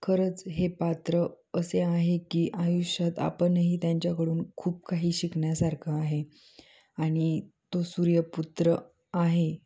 खरंच हे पात्र असे आहे की आयुष्यात आपणही त्यांच्याकडून खूप काही शिकण्यासारखं आहे आणि तो सूर्यपुत्र आहे